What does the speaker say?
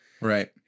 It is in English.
right